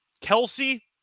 Kelsey